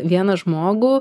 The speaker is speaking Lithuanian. vieną žmogų